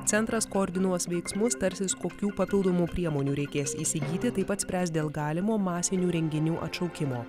centras koordinuos veiksmus tarsis kokių papildomų priemonių reikės įsigyti taip pat spręs dėl galimo masinių renginių atšaukimo